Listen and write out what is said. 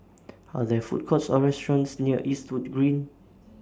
Are There Food Courts Or restaurants near Eastwood Green